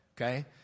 okay